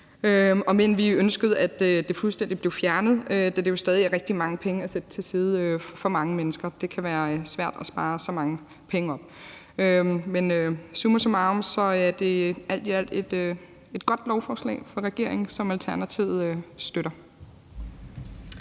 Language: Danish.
end vi ønskede, at det fuldstændig blev fjernet, da det jo stadig væk er rigtig mange penge til side for mange mennesker. Det kan være svært at spare så mange penge op. Summa summarum er det et godt lovforslag fra regeringen, som Alternativet støtter.